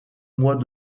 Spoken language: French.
mois